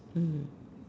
mm